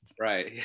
Right